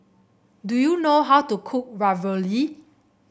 do you know how to cook Ravioli